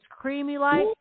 creamy-like